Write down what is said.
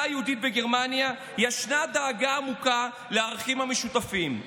היהודית בגרמניה יש דאגה עמוקה לערכים המשותפים.